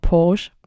Porsche